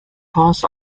cost